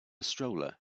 stroller